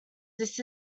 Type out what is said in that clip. this